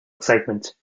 excitement